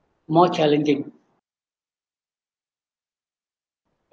more challenging